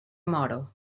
moro